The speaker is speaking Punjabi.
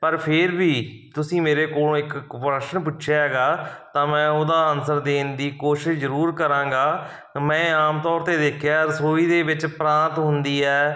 ਪਰ ਫਿਰ ਵੀ ਤੁਸੀਂ ਮੇਰੇ ਕੋਲੋਂ ਇੱਕ ਕਊਸ਼ਨ ਪੁੱਛਿਆ ਗਾ ਤਾਂ ਮੈਂ ਉਹਦਾ ਅਨਸਰ ਦੇਣ ਦੀ ਕੋਸ਼ਿਸ਼ ਜ਼ਰੂਰ ਕਰਾਂਗਾ ਮੈਂ ਆਮ ਤੌਰ 'ਤੇ ਦੇਖਿਆ ਰਸੋਈ ਦੇ ਵਿੱਚ ਪਰਾਤ ਹੁੰਦੀ ਹੈ